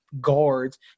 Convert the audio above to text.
guards